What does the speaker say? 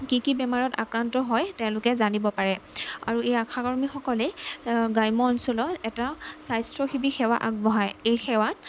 কি কি বেমাৰত আক্ৰান্ত হয় তেওঁলোকে জানিব পাৰে আৰু এই আশাকৰ্মীসকলেই গ্ৰাম্যাঞ্চলত এটা স্বাস্থ্যসেৱা শিবিৰ আগবঢ়ায় এই সেৱা